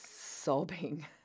sobbing